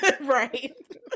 Right